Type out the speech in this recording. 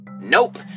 Nope